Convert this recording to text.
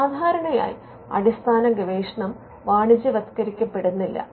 സാധാരണയായി അടിസ്ഥാന ഗവേഷണം വാണിജ്യവത്കരിക്കപ്പെടുന്നില്ല